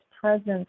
presence